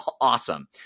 awesome